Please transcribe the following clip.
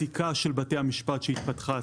פסיקה של בתי המשפט שהתפתחה,